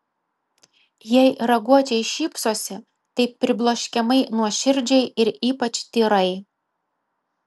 jei raguočiai šypsosi tai pribloškiamai nuoširdžiai ir ypač tyrai